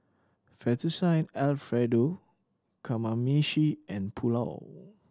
Fettuccine Alfredo Kamameshi and Pulao